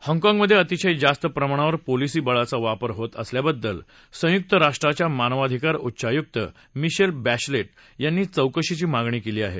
हाँगकाँगमधे अतिशय जास्त प्रमाणावर पोलिसी बळाचा वापर होत असल्याबद्दल संयुक्त राष्ट्रांच्या मानवाधिकार उच्चायुक्त मिशेल बध्येलेट यांनी चौकशीची मागणी केली आहे